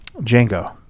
Django